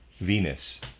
Venus